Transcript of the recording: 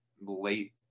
late